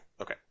Okay